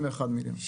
71 מיליון.